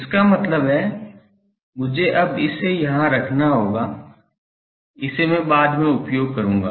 इसका मतलब है मुझे अब इसे यहाँ रखना होगा इसे मैं बाद में उपयोग करूँगा